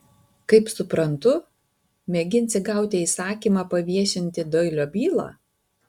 kaip suprantu mėginsi gauti įsakymą paviešinti doilio bylą